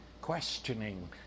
questioning